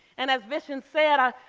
and as vishen said, ah